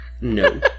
No